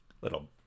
little